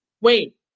wait